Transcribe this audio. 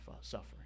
suffering